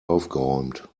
aufgeräumt